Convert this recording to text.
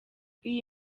iyi